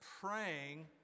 praying